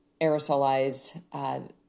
aerosolize